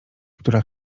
która